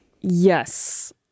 Yes